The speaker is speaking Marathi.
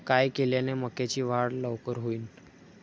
काय केल्यान मक्याची वाढ लवकर होईन?